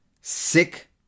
sick